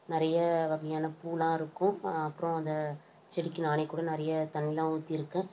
நிறைய வகையான பூவெலாம் இருக்கும் அப்புறம் அந்த செடிக்கு நானே கூட நிறைய தண்ணியெலாம் ஊற்றிருக்கேன்